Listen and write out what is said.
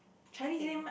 I think